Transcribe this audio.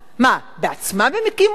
מה, בעצמם הם הקימו את זה?